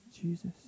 jesus